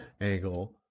angle